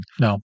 No